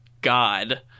God